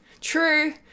true